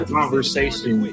conversation